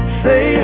say